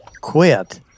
quit